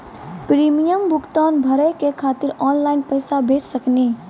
Premium भुगतान भरे के खातिर ऑनलाइन पैसा भेज सकनी?